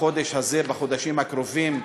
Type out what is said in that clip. בחודש הזה, בחודשים הקרובים,